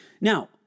Now